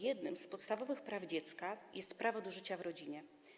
Jednym z podstawowych praw dziecka jest prawo do życia w rodzinie.